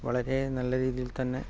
വളരെ നല്ല രീതിയിൽ തന്നെ